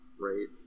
right